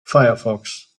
firefox